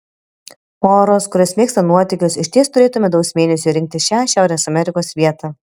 poros kurios mėgsta nuotykius išties turėtų medaus mėnesiui rinktis šią šiaurės amerikos vietą